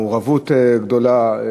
מעורבות גדולה.